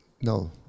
No